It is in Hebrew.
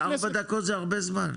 אבל ארבע דקות זה הרבה זמן.